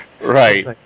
right